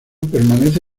permanece